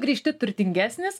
grįžti turtingesnis